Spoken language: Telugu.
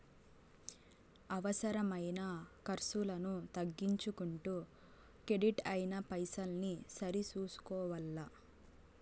అవసరమైన కర్సులను తగ్గించుకుంటూ కెడిట్ అయిన పైసల్ని సరి సూసుకోవల్ల